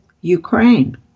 Ukraine